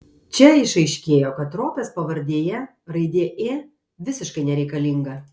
čia išaiškėjo kad ropės pavardėje raidė ė visiškai nereikalinga